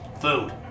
Food